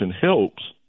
helps